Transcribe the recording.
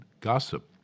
gossip